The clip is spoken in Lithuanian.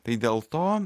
tai dėl to